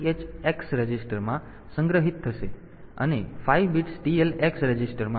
તેથી આ 8 bits THx રજિસ્ટરમાં સંગ્રહિત થશે અને 5 બિટ્સ TL x રજિસ્ટરમાં હશે